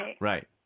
right